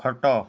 ଖଟ